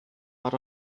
out